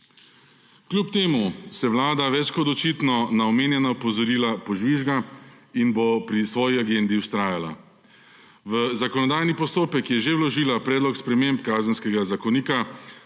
Kljub temu se vlada več kot očitno na omenjena opozorila požvižga in bo pri svoji agendi vztrajala. V zakonodajni postopek je že vložila predlog sprememb Kazenskega zakonika,